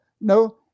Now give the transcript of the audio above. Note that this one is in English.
No